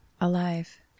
Alive